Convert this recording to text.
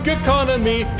economy